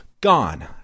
gone